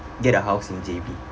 get a house in J_B